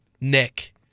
Nick